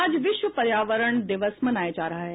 आज विश्व पर्यावरण दिवस मनाया जा रहा है